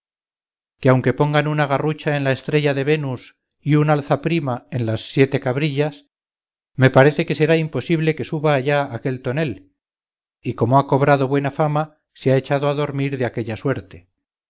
que aunque pongan una garrucha en la estrella de venus y un alzaprima en las siete cabrillas me parece que será imposible que suba allá aquel tonel y como ha cobrado buena fama se ha echado a dormir de aquella suerte